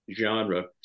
genre